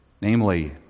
namely